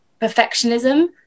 perfectionism